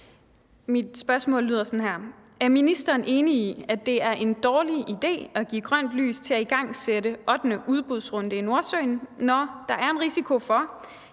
Mit spørgsmål lyder: Er ministeren enig i, at det er en dårlig idé at give grønt lys til at igangsætte ottende udbudsrunde i Nordsøen, når der er en risiko for,